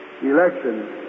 Election